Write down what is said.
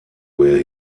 where